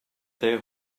their